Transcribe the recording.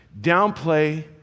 downplay